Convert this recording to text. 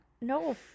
No